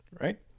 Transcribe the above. right